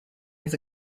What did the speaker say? his